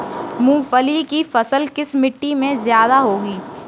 मूंगफली की फसल किस मिट्टी में ज्यादा होगी?